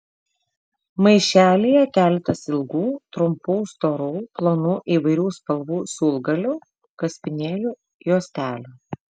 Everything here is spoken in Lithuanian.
maišelyje keletas ilgų trumpų storų plonų įvairių spalvų siūlgalių kaspinėlių juostelių